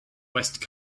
west